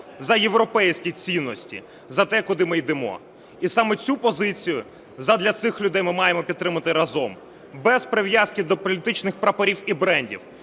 за європейські цінності, за те, куди ми йдемо. І саме цю позицію задля цих людей ми маємо підтримати разом, без прив'язки до політичних прапорів і брендів.